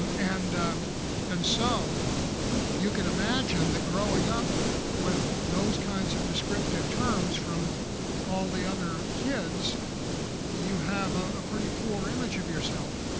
and and and so you can imagine that growing up with those kinds of descriptive terms from all the other kids you have a pretty poor image of yourself.